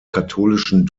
katholischen